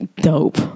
dope